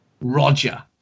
Roger